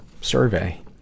survey